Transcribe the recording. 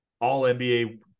all-NBA